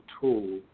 tool